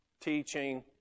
Teaching